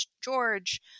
George